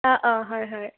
অঁ অঁ হয় হয়